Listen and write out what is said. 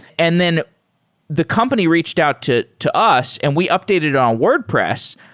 and then the company reached out to to us and we updated on wordpress.